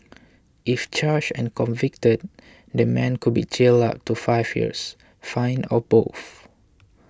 if charged and convicted the man could be jailed up to five years fined or both